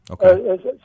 Okay